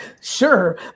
sure